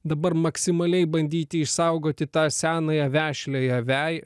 dabar maksimaliai bandyti išsaugoti tą senąją vešliąją veją